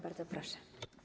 Bardzo proszę.